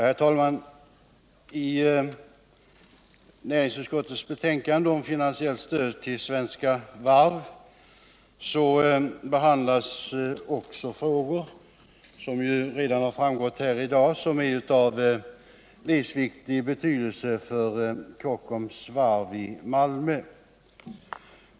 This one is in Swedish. Herr talman! I näringsutskottets betänkande om finansiellt stöd till Svenska Varv behandlas också frågor, vilket ju redan har framhållits här i dag, som är av livsviktig betydelse för Kockums varv i Malmö.